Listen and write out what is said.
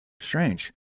strange